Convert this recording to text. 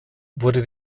wurde